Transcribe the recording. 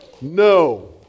No